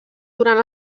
durant